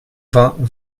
vingt